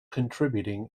contributing